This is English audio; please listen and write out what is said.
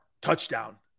touchdown